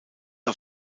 auf